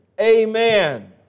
Amen